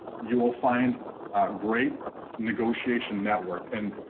you will find great negotiation network and